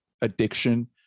addiction